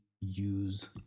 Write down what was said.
use